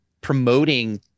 promoting